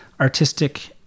artistic